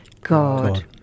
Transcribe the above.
God